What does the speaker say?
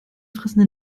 fressen